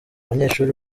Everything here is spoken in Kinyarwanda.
banyeshuri